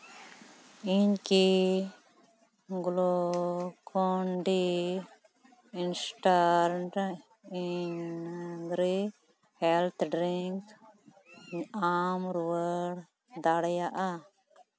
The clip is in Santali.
ᱤᱧ ᱠᱤ Glucon-D instant energy health drink ᱟᱢ ᱨᱩᱣᱟᱹᱲ ᱫᱟᱲᱮᱭᱟᱜᱼᱟ